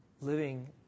living